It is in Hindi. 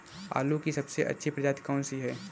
आलू की सबसे अच्छी प्रजाति कौन सी है?